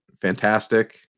fantastic